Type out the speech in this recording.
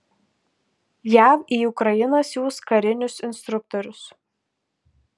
jav į ukrainą siųs karinius instruktorius